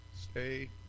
stay